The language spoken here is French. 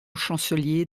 chancelier